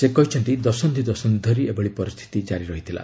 ସେ କହିଛନ୍ତି ଦଶନ୍ଧି ଧରି ଏଭଳି ପରିସ୍ଥିତି ଜାରି ରହିଥିଲା